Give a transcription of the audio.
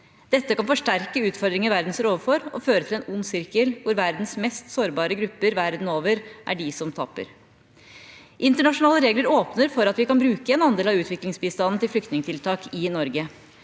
Dette kan forsterke utfordringen verden står overfor, og føre til en ond sirkel hvor verdens mest sårbare grupper verden over er de som taper. Internasjonale regler åpner for at vi kan bruke en andel av utviklingsbistanden til flyktningtiltak i Norge.